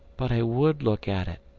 but i would look at it,